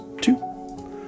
two